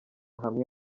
hamwe